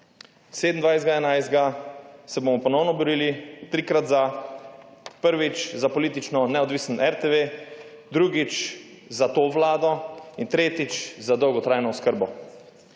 2022 se bomo ponovno borili, trikrat »za«, prvič za politično neodvisen RTV, drugič za to Vlado in tretjič za dolgotrajno oskrbo.